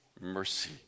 mercy